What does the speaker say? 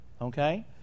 Okay